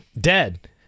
dead